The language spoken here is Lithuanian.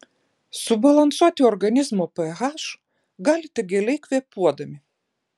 subalansuoti organizmo ph galite giliai kvėpuodami